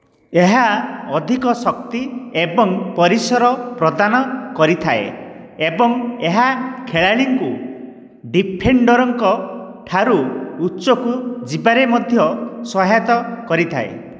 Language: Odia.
ଏହା ଅଧିକ ଶକ୍ତି ଏବଂ ପରିସର ପ୍ରଦାନ କରିଥାଏ ଏବଂ ଏହା ଖେଳାଳିଙ୍କୁ ଡିଫେଣ୍ଡର୍ଙ୍କ ଠାରୁ ଉଚ୍ଚକୁ ଯିବାରେ ମଧ୍ୟ ସହାୟତା କରିଥାଏ